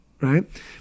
right